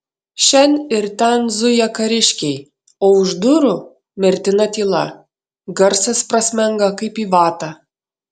šen ir ten zuja kariškiai o už durų mirtina tyla garsas prasmenga kaip į vatą